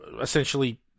essentially